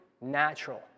natural